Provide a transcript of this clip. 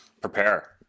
prepare